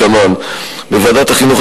כדלקמן: בוועדת החינוך,